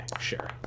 sure